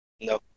No